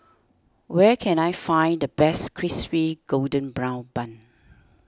where can I find the best Crispy Golden Brown Bun